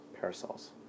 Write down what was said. Parasols